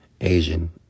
Asian